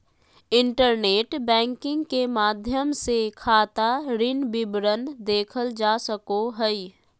internet banking के माध्यम से खाता ऋण विवरण देखल जा सको हइ